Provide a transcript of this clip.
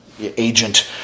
agent